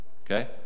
okay